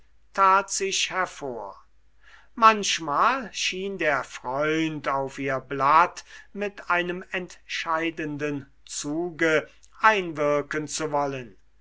sich hervor manchmal schien der freund auf ihr blatt mit einem entscheidenden zuge einwirken zu wollen